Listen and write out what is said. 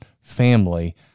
family